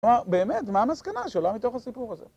כלומר, באמת, מה המסקנה שעולה מתוך הסיפור הזה?